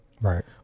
Right